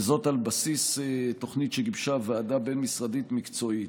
וזאת על בסיס תוכנית שגיבשה ועדה בין-משרדית מקצועית.